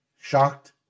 Shocked